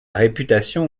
réputation